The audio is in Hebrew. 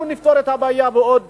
אנחנו נפתור את הבעיה בעוד דור.